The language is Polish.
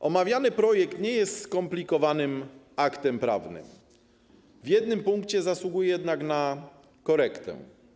Choć omawiany projekt nie jest skomplikowanym aktem prawnym, w jednym punkcie zasługuje jednak na korektę.